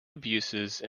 abuses